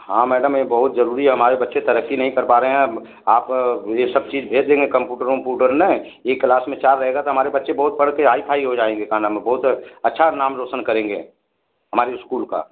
हाँ मैडम यह बहुत ज़रूरी है हमारे बच्चे तरक्की नहीं कर पा रहे हैं अब आप यह सब चीज़ भेज देंगे कंपूटर ओंप्यूटर ना एक क्लास में चार रहेगा तो हमारे बच्चे बहुत पढ़ के हाइ फाई हो जाएँगे का नाम है में बहुत अच्छा नाम रोशन करेंगे हमारे स्कूल का